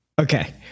okay